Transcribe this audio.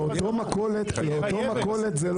לאותה מכולת זה לא עולה כסף.